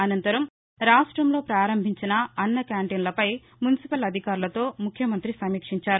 అనంతరం రాష్టంలో పారంభించిన అన్న కాంటీన్లోపై మున్సిపల్ అధికారులతో ముఖ్యమంత్రి సమీక్షించారు